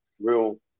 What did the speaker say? real